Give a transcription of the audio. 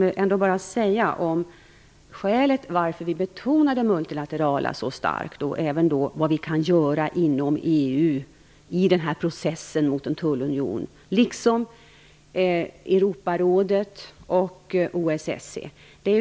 Jag vill bara berätta om skälet till att vi betonar det multilaterala så starkt, vad vi kan göra inom EU när det gäller processen mot en tullunion liksom vad Europarådet och OSSE kan göra.